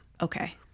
Okay